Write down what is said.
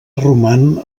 roman